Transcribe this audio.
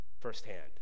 firsthand